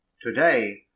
Today